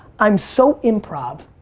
i'm so improv,